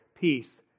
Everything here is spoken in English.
peace